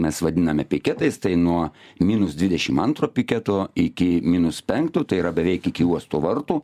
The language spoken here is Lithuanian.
mes vadiname piketais tai nuo minus dvidešim antro piketo iki minus penkto tai yra beveik iki uosto vartų